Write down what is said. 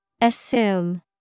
Assume